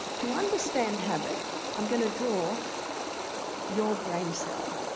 to understand habit i'm gonna draw your brain cell.